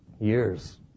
Years